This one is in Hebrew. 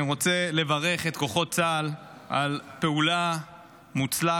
אני רוצה לברך את כוחות צה"ל על פעולה מוצלחת